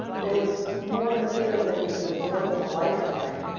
there was more material than you could absorb in a lifetime.